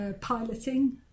piloting